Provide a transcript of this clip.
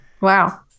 Wow